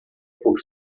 por